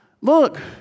Look